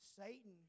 Satan